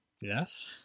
Yes